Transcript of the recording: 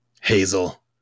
hazel